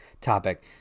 topic